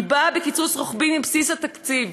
היא באה בקיצוץ רוחבי מבסיס התקציב.